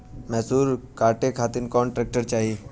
मैसूर काटे खातिर कौन ट्रैक्टर चाहीं?